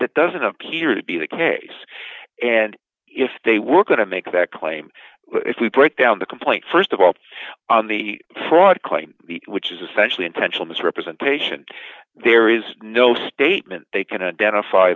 that doesn't appear to be the case and if they were going to make that claim if we break down the complaint st of all on the fraud claim which is essentially intentional misrepresentation there is no statement they can identify